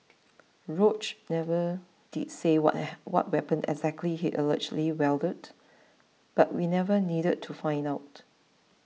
Roach never did say what what weapon exactly he allegedly wielded but we never needed to find out